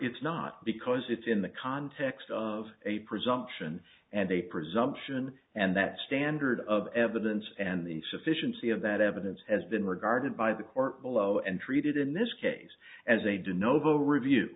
it's not because it's in the context of a presumption and a presumption and that standard of evidence and the sufficiency of that evidence has been regarded by the court below and treated in this case as a do novo review